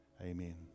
Amen